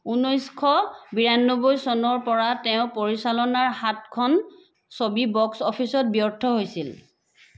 ঊনৈছশ বিৰান্নবৈ চনৰ পৰা তেওঁ পৰিচালনাৰ সাতখন ছবি বক্স অফিচত ব্যৰ্থ হৈছিল